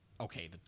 okay